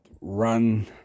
run